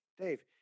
Dave